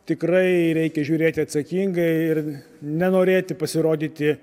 tikrai reikia žiūrėti atsakingai ir nenorėti pasirodyti